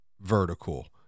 vertical